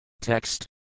Text